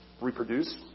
reproduce